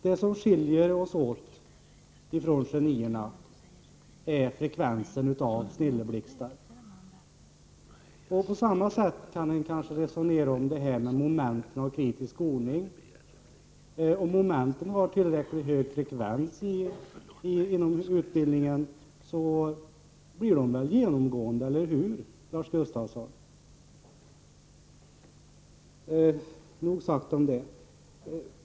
Det som skiljer oss från genierna är frekvensen av snilleblixtar. Kanske kan man resonera på samma sätt om moment när det gäller kritisk skolning. Om momenten har tillräckligt hög frekvens i utbildningen, så blir de någonting genomgående, eller hur?